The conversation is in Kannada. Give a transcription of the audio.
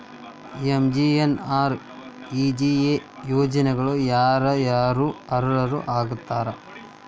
ಎಂ.ಜಿ.ಎನ್.ಆರ್.ಇ.ಜಿ.ಎ ಯೋಜನೆಗೆ ಯಾರ ಯಾರು ಅರ್ಹರು ಆಗ್ತಾರ?